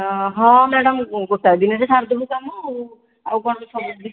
ହଁ ମ୍ୟାଡ଼ାମ ମୁଁ ଗୋଟାଏ ଦିନରେ ସାରିଦେବୁ କାମ ଆଉ କଣ କିଛି ହେଲେବି